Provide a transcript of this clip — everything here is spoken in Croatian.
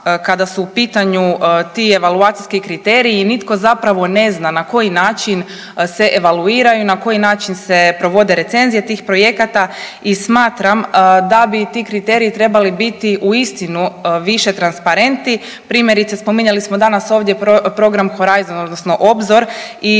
kada su u pitanju ti evaluacijski kriteriji i nitko zapravo ne zna na koji način se evaluiraju, na koji način se provode recenzije tih projekata i smatram da bi ti kriteriji trebali biti uistinu više transparentni. Primjerice, spominjali smo danas ovdje program „Horizon“ odnosno Obzor i